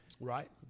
Right